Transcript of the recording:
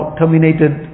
terminated